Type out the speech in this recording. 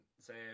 say